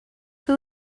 who